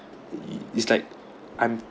it's like I'm